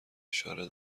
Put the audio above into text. اشاره